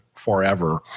forever